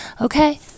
Okay